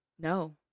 no